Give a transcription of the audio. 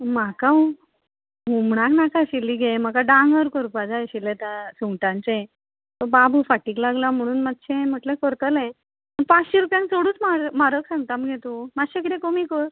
म्हाका हुमणांत नाका आशिल्लीं गे म्हाका डांगर करपा जाय आशिल्लें त्या सुंगटांचें बाबू फाटीक लागला म्हुणून मात्शें म्हणलें करतलें पांश्शी रुपयांक चडूच म्हार म्हारग सांगता मगे तूं मात्शें कितें कमी कर